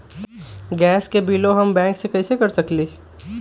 Gas के बिलों हम बैंक से कैसे कर सकली?